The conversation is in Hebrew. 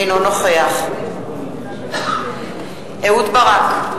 אינו נוכח אהוד ברק,